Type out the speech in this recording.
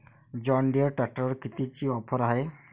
John Deere ट्रॅक्टरवर कितीची offer हाये?